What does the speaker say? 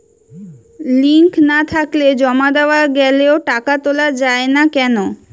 Link না থাকলে জমা দেওয়া গেলেও টাকা তোলা য়ায় না কেন?